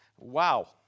Wow